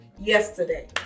yesterday